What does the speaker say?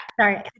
Sorry